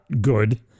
good